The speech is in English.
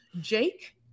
Jake